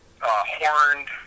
horned